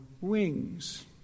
wings